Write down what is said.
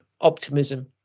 optimism